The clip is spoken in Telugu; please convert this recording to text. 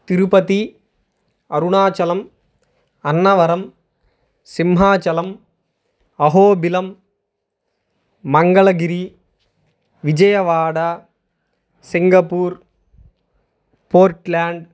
Tirupati Arunachalam Annavaram Simhachalam Ahobilam Mangalagiri Vijayawada Singapore Portland